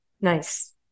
nice